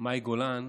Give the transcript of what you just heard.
מאי גולן,